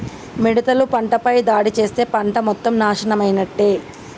మిడతలు పంటపై దాడి చేస్తే పంట మొత్తం నాశనమైనట్టే